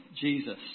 Jesus